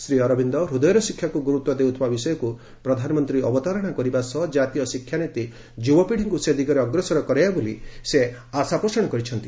ଶ୍ରୀଅରବିନ୍ଦ ହୃଦୟର ଶିକ୍ଷାକୁ ଗୁରୁତ୍ୱ ଦେଉଥିବା ବିଷୟକୁ ପ୍ରଧାନମନ୍ତ୍ରୀ ଅବତାରଣା କରିବା ସହ କାତୀୟ ଶିକ୍ଷା ନୀତି ଯୁବପିତ୍ୱିଙ୍କୁ ସେଦିଗରେ ଅଗ୍ରସର କରାଇବ ବୋଲି ସେ ଆଶାପୋଷଣ କରିଛନ୍ତି